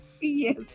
Yes